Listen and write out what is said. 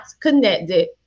connected